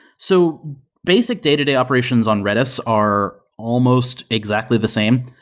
so basic day-to-day operations on redis are almost exactly the same.